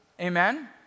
amen